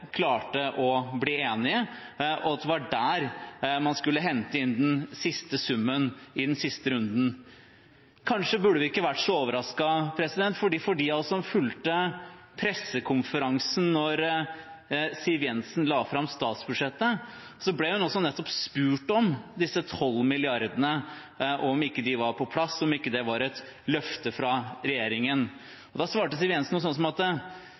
klarte å bli enige, og at det var der man skulle hente inn den siste summen i den siste runden. Kanskje burde vi ikke vært så overrasket, for Siv Jensen ble spurt – for dem av oss som fulgte pressekonferansen da hun la fram statsbudsjettet – nettopp om disse 12 milliardene, om ikke de var på plass, om ikke det var et løfte fra regjeringen. Da svarte Siv Jensen noe sånt som at